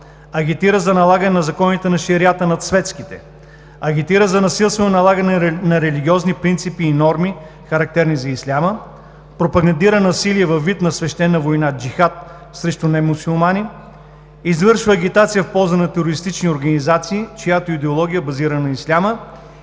агитира за налагане на законите на шериата над светските; агитира за насилствено налагане на религиозни принципи и норми, характерни за исляма; пропагандира насилие във вид на свещена война „джихад“ срещу немюсюлмани; извършва агитация в полза на терористични организации, чиято идеология е базирана на исляма;